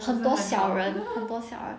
很多小人很多小人